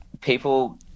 people